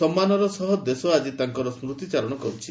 ସମ୍ମାନର ସହ ଦେଶ ଆଜି ତାଙ୍କର ସ୍କୁତିଚାରଣ କରୁଛି